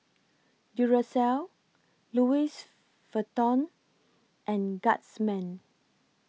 Duracell Louis Vuitton and Guardsman